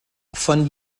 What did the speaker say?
von